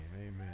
Amen